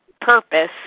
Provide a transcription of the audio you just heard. purpose